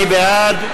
מי בעד?